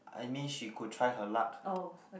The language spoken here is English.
I mean she could try her luck